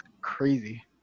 crazy